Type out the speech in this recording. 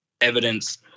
evidence